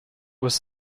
was